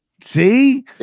See